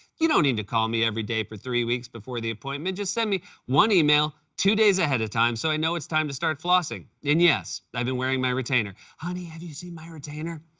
you don't need to call me every day for three weeks before the appointment. just send me one email, two days ahead of time, so i know it's time to start flossing. and, yes, i've been wearing my retainer. honey, have you seen my retainer?